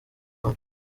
zombi